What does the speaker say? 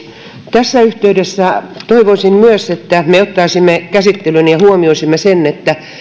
tässä yhteydessä toivoisin myös että me ottaisimme käsittelyyn ja huomioisimme sen että